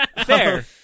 Fair